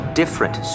different